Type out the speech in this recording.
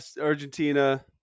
Argentina